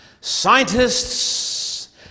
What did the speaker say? Scientists